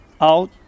out